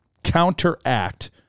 Counteract